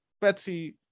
Betsy